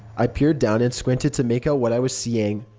i peered down and squinted to make out what i was seeing.